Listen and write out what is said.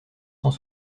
sans